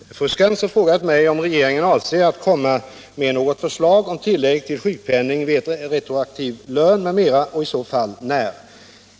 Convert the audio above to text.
Herr talman! Fru Skantz har frågat mig om regeringen avser att komma med något förslag om tillägg till sjukpenning vid retroaktiv lön m.m. och i så fall när.